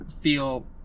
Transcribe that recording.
feel